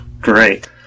Great